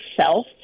self